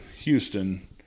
houston